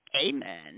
amen